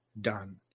done